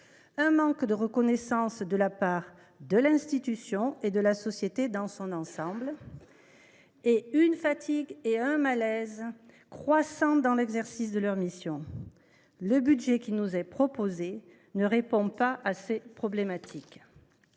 ans, manque de reconnaissance de la part de l’institution et de la société dans son ensemble, fatigue et malaise croissants dans l’exercice de leurs missions. Or le budget qui nous est soumis ne répond pas à ces problématiques.